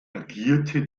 agierte